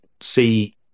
see